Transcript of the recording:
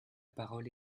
parole